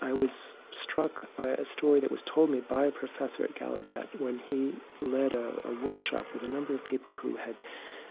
i was struck by a story that was told me by a professor at gallaudet when he led a a workshop with a number of people who had